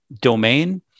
domain